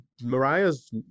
Mariah's